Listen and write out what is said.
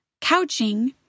couching